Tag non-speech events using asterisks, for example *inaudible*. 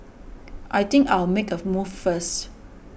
I think I'll make a *unintelligible* move first